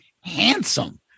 handsome